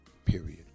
Period